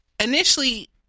Initially